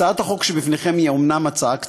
הצעת החוק שבפניכם היא אומנם הצעה קצרה,